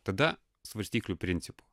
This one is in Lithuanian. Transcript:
tada svarstyklių principu